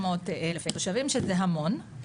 300,000 תושבים, שזה המון.